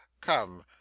come